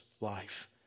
life